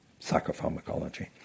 psychopharmacology